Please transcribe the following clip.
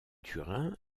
turin